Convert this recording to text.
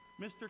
Mr